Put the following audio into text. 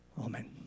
Amen